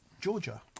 Georgia